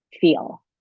feel